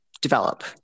develop